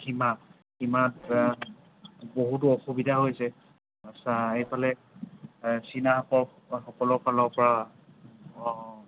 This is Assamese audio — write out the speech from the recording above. সীমা সীমাত বহুতো অসুবিধা হৈছে আচ্ছা এইফালে চীনাসকল সকলৰ ফালৰ পৰা